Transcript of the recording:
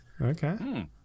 okay